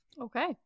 Okay